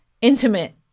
intimate